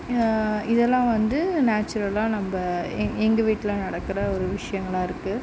இதெலாம் வந்து நேச்சுரல்லாக நம்ப எங்க வீட்டில் நடக்கிற ஒரு விஷயங்களா இருக்குது